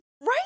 Right